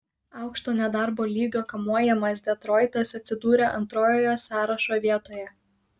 aukšto nedarbo lygio kamuojamas detroitas atsidūrė antrojoje sąrašo vietoje